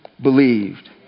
believed